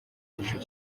cyiciro